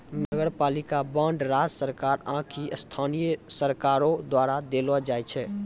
नगरपालिका बांड राज्य सरकार आकि स्थानीय सरकारो द्वारा देलो जाय छै